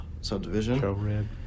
subdivision